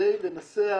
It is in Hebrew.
כדי לנסח,